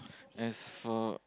as for